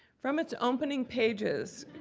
from its opening pages,